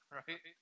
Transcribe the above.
right